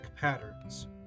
patterns